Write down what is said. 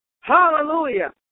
Hallelujah